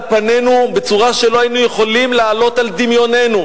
פנינו בצורה שלא היינו יכולים להעלות על דמיוננו,